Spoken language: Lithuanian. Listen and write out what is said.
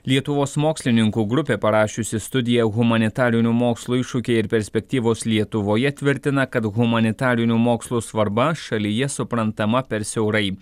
lietuvos mokslininkų grupė parašiusi studiją humanitarinių mokslų iššūkiai ir perspektyvos lietuvoje tvirtina kad humanitarinių mokslų svarba šalyje suprantama per siaurai